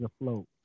afloat